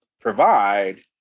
provide